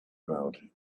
about